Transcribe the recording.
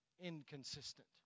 inconsistent